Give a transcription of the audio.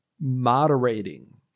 moderating